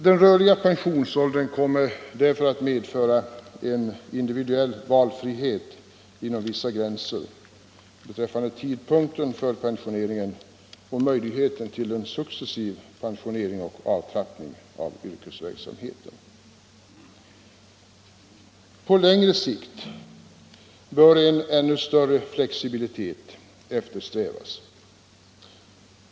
Den rörliga pensionsåldern kommer att medföra en individuell valfrihet inom vissa gränser beträffande tidpunkten för pensioneringen och möjligheten till successiv pensionering och avtrappning av yrkesverksamheten. På längre sikt bör en ännu större flexibilitet eftersträvas.